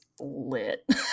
lit